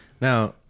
Now